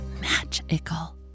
magical